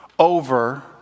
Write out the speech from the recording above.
over